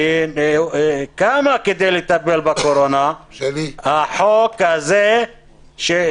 שהרי היא קמה כדי לטפל בקורונה החוק שהולך